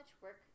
work